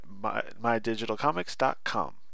MyDigitalComics.com